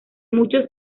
muchos